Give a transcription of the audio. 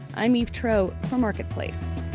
i'm eve troeh for marketplace